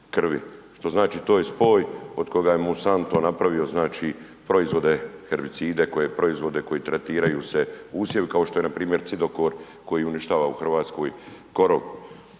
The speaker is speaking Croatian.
što znači da je spoj od koga je Monsanto napravio znači proizvode, herbicide koje je proizvode koji tretiraju se usjevi, kao što je npr. cidokor koji uništava u Hrvatskoj korov.